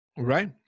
Right